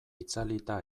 itzalita